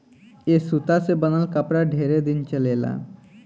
ए सूता से बनल कपड़ा ढेरे दिन चलेला